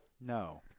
No